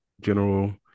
General